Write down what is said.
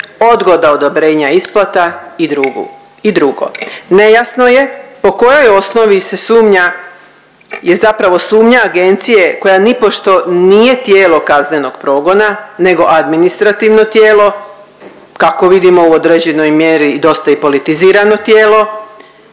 odgoda odobrenja isplata i drugo. Nejasno je po kojoj osnovi se sumnja, je zapravo sumnja agencije koja nipošto nije tijelo kaznenog progona nego administrativno tijelo, kako vidimo u određenoj mjeri i dosta i politizirano tijelo,